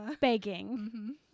begging